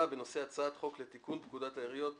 בנושא: הצעת חוק לתיקון פקודת העיריות